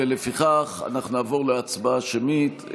ולפיכך אנחנו נעבור להצבעה שמית.